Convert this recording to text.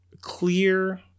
clear